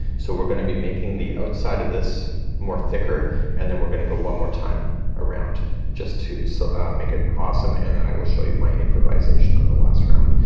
so we're gonna be making the outside of this more thicker and then we're gonna go one more time around just to so make it awesome and then i will show you my improvisation on the last round.